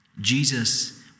Jesus